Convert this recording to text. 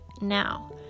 now